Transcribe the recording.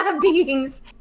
Beings